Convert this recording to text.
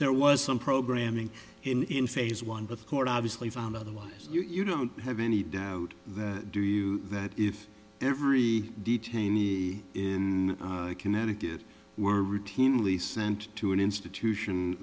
there was some programming in phase one but the court obviously found otherwise you don't have any doubt that do you that if every detainee in connecticut were routinely sent to an institution